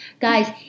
guys